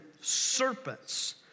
serpents